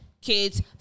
kids